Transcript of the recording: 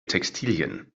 textilien